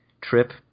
trip